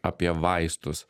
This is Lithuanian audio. apie vaistus